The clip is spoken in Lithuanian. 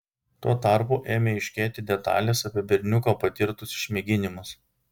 tuo tarpu ėmė aiškėti detalės apie berniuko patirtus išmėginimus